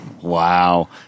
wow